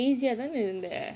தானே இருந்த:thanae iruntha